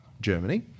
Germany